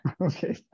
okay